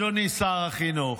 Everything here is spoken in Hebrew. ואדוני שר החינוך: